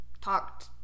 talked